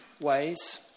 ways